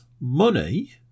money